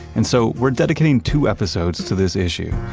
and so we're dedicating two episodes to this issue.